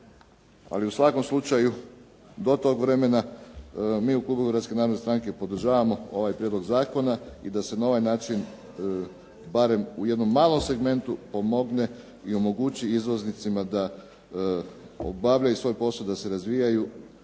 ali u svakom slučaju do tog vremena mi u klubu Hrvatske narodne stranke podržavamo ovaj prijedlog zakona i da se na ovaj način barem u jednom malom segmentu pomogne i omogući izvoznicima da obavljaju svoj posao, da se razvijaju